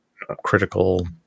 critical